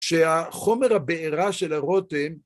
שהחומר הבעירה של הרותם